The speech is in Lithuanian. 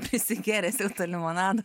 prisigėręs ir to limonado